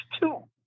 two